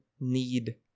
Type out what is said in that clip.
need